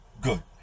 good